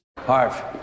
Harv